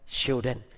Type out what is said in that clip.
children